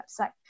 website